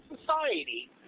society